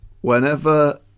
whenever